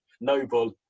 noble